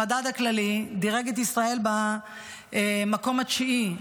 המדד הכללי דירג את ישראל במקום התשיעי,